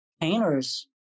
painters